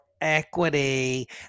equity